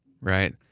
right